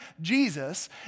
Jesus